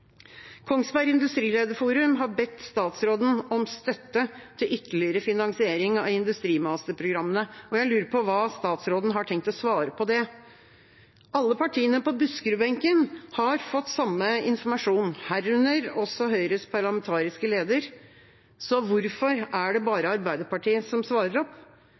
Kongsberg Industrilederforum har bedt statsråden om støtte til ytterligere finansiering av industrimasterprogrammene. Jeg lurer på hva statsråden har tenkt å svare på det. Alle partiene på Buskerud-benken har fått samme informasjon, herunder også Høyres parlamentariske leder. Hvorfor er det bare Arbeiderpartiet som svarer opp?